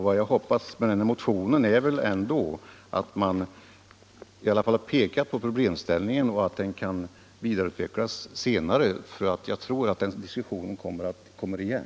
Vad jag hoppas med denna motion är att man i alla fall uppmärksammar problemställningen, som det säkert blir tillfälle att vidareutveckla senare, eftersom jag är övertygad om att den här diskussionen kommer igen.